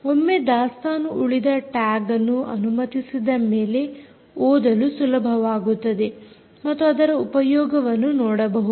ಒಮ್ಮೆ ದಾಸ್ತಾನು ಉಳಿದ ಟ್ಯಾಗ್ ಅನ್ನು ಅನುಮತಿಸಿದ ಮೇಲೆ ಓದಲು ಸುಲಭವಾಗುತ್ತದೆ ಮತ್ತು ಅದರ ಉಪಯೋಗವನ್ನು ನೋಡಬಹುದು